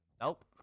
nope